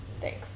Thanks